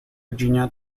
virginia